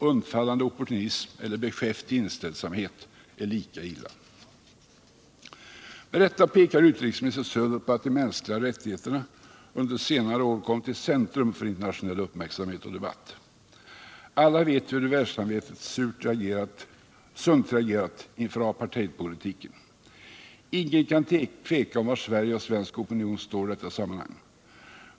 Undfallande opportunism eller beskäftig inställsamhet är lika illa. Med rätta pekar utrikesminister Söder på att de mänskliga rättigheterna under senare år kommit i centrum för internationell uppmärksamhet och debatt. Alla vet vi hur världssamvetet sunt reagerat inför apartheidpolitiken. Ingen kan tveka om var Sverige och svensk opinion står i detta sammanhang.